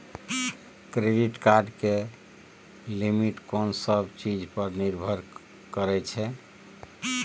Credit card के limit कोन सब चीज पर निर्भर करै छै?